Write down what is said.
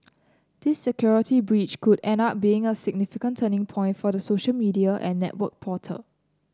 this security breach could end up being a significant turning point for the social media and network portal